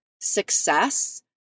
success